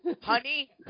Honey